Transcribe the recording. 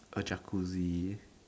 a Jacuzzi